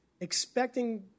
expecting